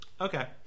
okay